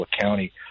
County